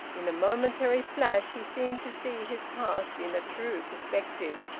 in a momentary flash he seemed to see his past in a true perspective,